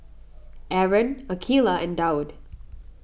Aaron Aqeelah and Daud